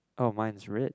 oh mine's red